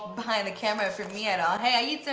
behind the camera for me at all, hey